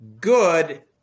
good